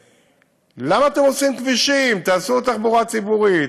למה אתם עושים כבישים, תעשו תחבורה ציבורית.